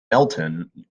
melton